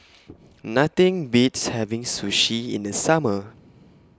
Nothing Beats having Sushi in The Summer